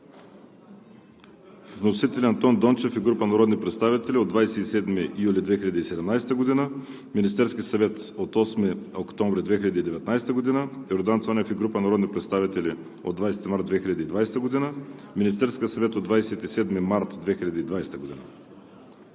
Вносители: Андон Дончев и група народни представители от 27 юли 2017 г.; Министерският съвет от 8 октомври 2019 г.; Йордан Цонев и група народни представители от 20 март 2020 г.; Министерският съвет от 27 март 2020 г.